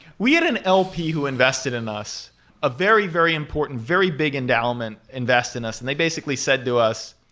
we had an lp who invested in us a very, very important, very big endowment invest in us and they basically said to us,